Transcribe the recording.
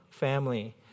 family